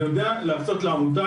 אני יודע להקצות לעמותה,